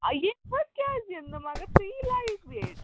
آ یِتھ پٲٹھۍ کیٛازِ یِن نہٕ مگر سُہ یی لایٹ ویٹ